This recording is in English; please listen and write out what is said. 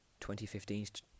2015